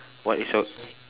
what is your